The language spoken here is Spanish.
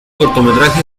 cortometraje